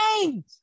change